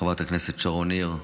חברת הכנסת שרון ניר,